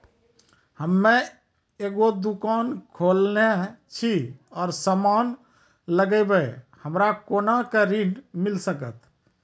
हम्मे एगो दुकान खोलने छी और समान लगैबै हमरा कोना के ऋण मिल सकत?